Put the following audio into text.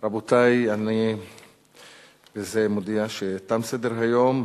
רבותי, אני מודיע שתם סדר-היום.